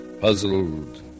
puzzled